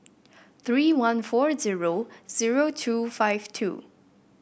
three one four zero zero two five two